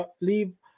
leave